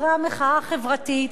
אחרי המחאה החברתית,